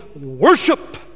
worship